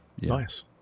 Nice